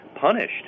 punished